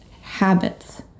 habits